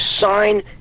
sign